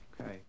Okay